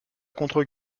contre